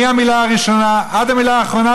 מהמילה הראשונה עד המילה האחרונה,